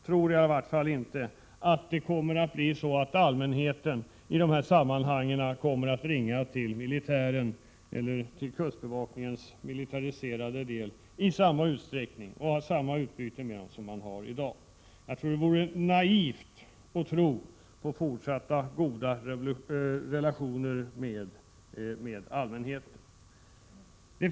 I varje fall tror inte jag att allmänheten i dessa sammanhang kommer att i samma utsträckning ringa till kustbevakningens militariserade del och ha samma utbyte med den som det som i dag förekommer. Det vore naivt att tro på fortsatta goda relationer med allmänheten.